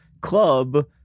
club